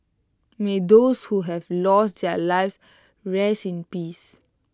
may those who have lost their lives rest in peace